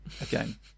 again